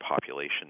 population